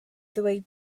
ddweud